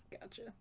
Gotcha